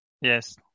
Yes